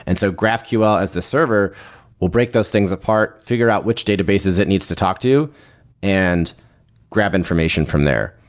and so graphql as the server will break those things apart, figure out which databases it needs to talk to and grab information from there.